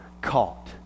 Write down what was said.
caught